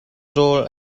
rawl